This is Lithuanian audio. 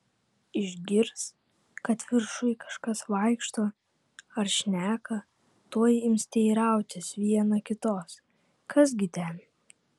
išgirs kad viršuj kažkas vaikšto ar šneka tuoj ims teirautis viena kitos kas gi ten